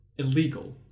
illegal